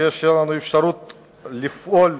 ויש לנו אפשרות לפעול,